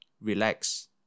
relax